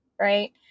right